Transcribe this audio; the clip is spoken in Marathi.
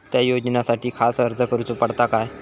त्या योजनासाठी खास अर्ज करूचो पडता काय?